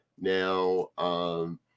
Now